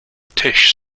tisch